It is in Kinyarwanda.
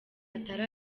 atari